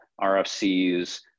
RFCs